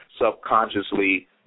subconsciously